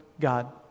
God